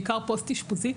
בעיקר פוסט אשפוזי,